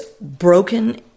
broken